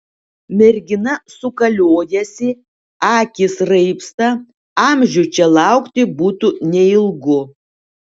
mergina sukaliojasi akys raibsta amžių čia laukti būtų neilgu